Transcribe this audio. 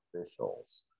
officials